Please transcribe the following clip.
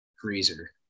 freezer